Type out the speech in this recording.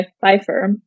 pfeiffer